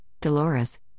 Dolores